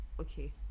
Okay